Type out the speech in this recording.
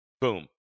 boom